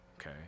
okay